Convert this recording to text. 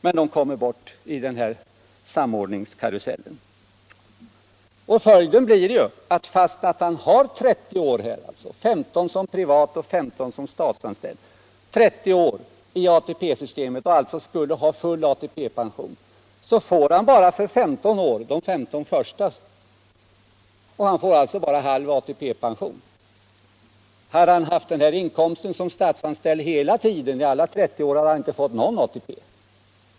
Men de kom bort i samordningskarusellen. Följden blir att trots att han har 30 år i ATP-systemet — 15 som privatoch 15 som statsanställd — och alltså skulle ha full ATP-pension, så får han bara för de 15 första åren. Han får alltså bara halv ATP-pension. Hade han haft denna extra inkomst som statsanställd under alla de 30 åren, hade han inte fått någon ATP.